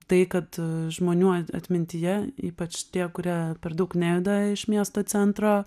tai kad žmonių at atmintyje ypač tie kurie per daug nejuda iš miesto centro